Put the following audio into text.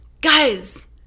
guys